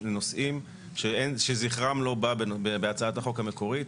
נושאים שזכרם לא בא בהצעת החוק המקורית.